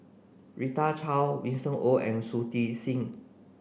Rita Chao Winston Oh and Shui Tit Sing